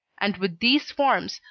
and with these forms,